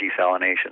desalination